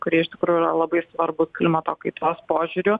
kurie iš tikrųjų yra labai svarbūs klimato kaitos požiūriu